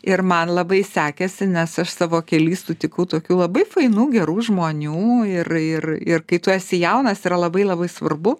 ir man labai sekėsi nes aš savo kely sutikau tokių labai fainų gerų žmonių ir ir ir kai tu esi jaunas yra labai labai svarbu